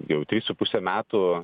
jau trys su puse metų